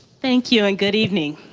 thank you and good evening.